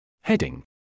Heading